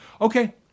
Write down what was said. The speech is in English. Okay